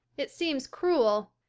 it seems cruel,